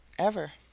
ever.